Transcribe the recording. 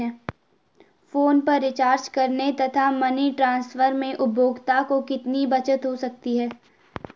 Phone पर recharge करने तथा मनी ट्रांसफर में उपभोक्ता को कितनी बचत हो सकती है?